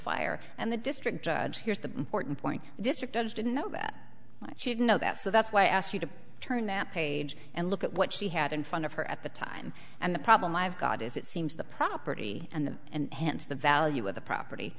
fire and the district judge hears the important point the district judge didn't know that she didn't know that so that's why i asked you to turn the page and look at what she had in front of her at the time and the problem i've got is it seems the property and the and hence the value of the property